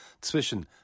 zwischen